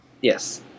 Yes